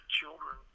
children